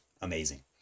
amazing